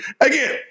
again